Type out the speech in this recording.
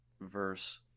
verse